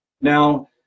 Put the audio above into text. Now